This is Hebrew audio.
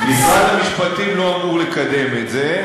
משרד המשפטים לא אמור לקדם את זה.